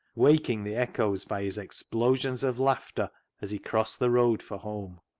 waking the echoes by his explosions of laughter as he crossed the road for home.